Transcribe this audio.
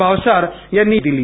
भावसार यांनी दिली